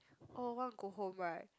oh I want go home right